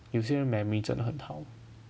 有些 memory 真的很好